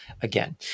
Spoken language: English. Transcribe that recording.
again